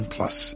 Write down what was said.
Plus